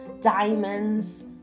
diamonds